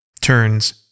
turns